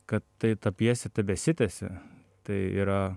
kad tai ta pjesė tebesitęsia tai yra